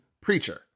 Preacher